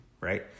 right